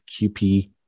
QP